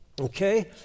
Okay